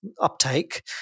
uptake